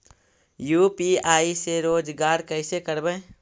UPI से रोजगार कैसे करबय?